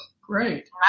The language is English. Great